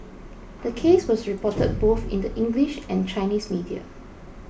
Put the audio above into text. the case was reported both in the English and Chinese media